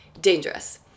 dangerous